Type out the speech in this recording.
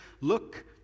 look